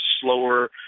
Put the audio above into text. slower